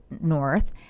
north